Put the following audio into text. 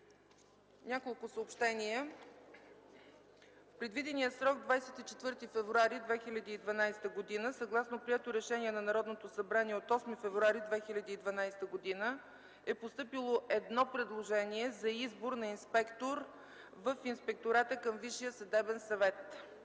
Няколко съобщения. В предвидения срок – 24 февруари 2012 г., съгласно прието Решение на Народното събрание от 8 февруари 2012 г., е постъпило едно предложение за избор на инспектор в Инспектората към Висшия съдебен съвет.